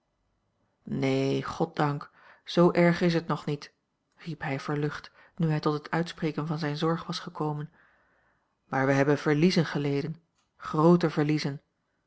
neen goddank zoo erg is het nog niet riep hij verlucht nu hij tot het uitspreken van zijn zorg was gekomen maar wij hebben verliezen geleden groote verliezen